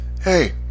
hey